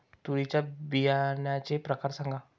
तूरीच्या बियाण्याचे प्रकार सांगा